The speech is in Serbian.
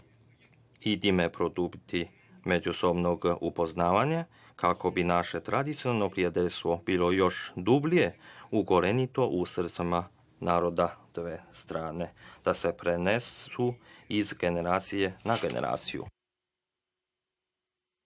time produbiti međusobno upoznavanje kako bi naše tradicionalno prijateljstvo bilo još dublje, ukorenjeno u srcima naroda dve strane, da se prenesu sa generacije na generaciju.